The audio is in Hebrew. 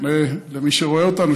פונה אל מי שרואה אותנו,